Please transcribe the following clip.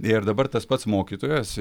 ir dabar tas pats mokytojas